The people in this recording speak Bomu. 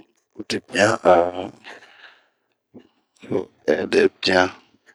Uti pian a ho ɛɛdɛ pian...